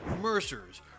Mercers